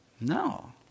No